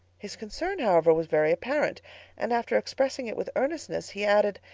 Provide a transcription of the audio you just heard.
his concern however was very apparent and after expressing it with earnestness, he added,